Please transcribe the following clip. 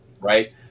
right